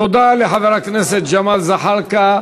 תודה לחבר הכנסת ג'מאל זחאלקה.